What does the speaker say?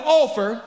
offer